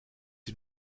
die